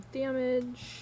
damage